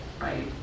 right